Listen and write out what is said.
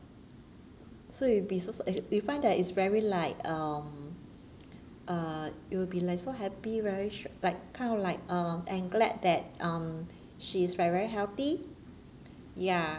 so you be so so uh you'll find that it's very like um uh you will be like so happy very s~ like kind of like uh and glad that um she is very very healthy ya